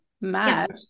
mad